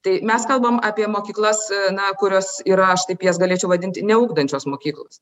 tai mes kalbam apie mokyklas na kurios yra aš taip jas galėčiau vadinti neugdančios mokyklos